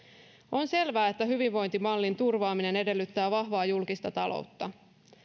on selvää että hyvinvointimallin turvaaminen edellyttää vahvaa julkista taloutta